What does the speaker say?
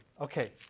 okay